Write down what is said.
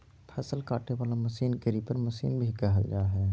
फसल काटे वला मशीन के रीपर मशीन भी कहल जा हइ